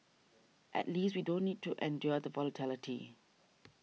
at least we don't need to endure the volatility